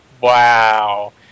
wow